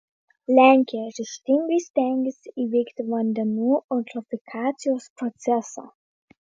lenkija ryžtingai stengiasi įveikti vandenų eutrofikacijos procesą